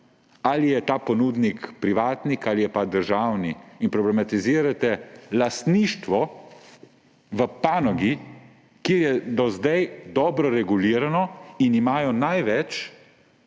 ali je ta ponudnik privatnik ali je pa državni, in problematizirate lastništvo v panogi, ki je do zdaj dobro regulirano in imajo največ